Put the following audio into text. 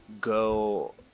go